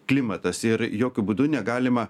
klimatas ir jokiu būdu negalima